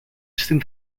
στην